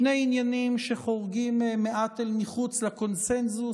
שני עניינים שחורגים מעט ומחוץ לקונסנזוס